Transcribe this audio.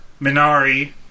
Minari